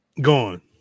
Gone